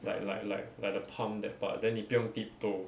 like like like like the pump that part then 你不用 tiptoe